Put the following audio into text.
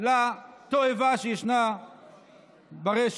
לתועבה שישנה ברשת.